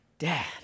Dad